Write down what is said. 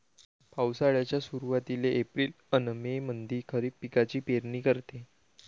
पावसाळ्याच्या सुरुवातीले एप्रिल अन मे मंधी खरीप पिकाची पेरनी करते